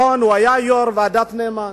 הוא היה יו"ר ועדת-נאמן.